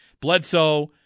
Bledsoe